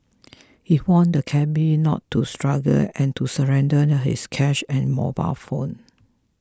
he warned the cabby not to struggle and to surrender and his cash and mobile phone